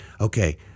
okay